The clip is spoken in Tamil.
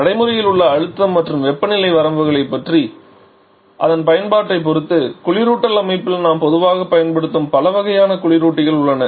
நடைமுறையில் உள்ள அழுத்தம் மற்றும் வெப்பநிலை வரம்புகளைப் மற்றும் அதன் பயன்பாட்டைப் பொறுத்து குளிரூட்டல் அமைப்பில் நாம் பொதுவாகப் பயன்படுத்தும் பல வகையான குளிரூட்டிகள் உள்ளன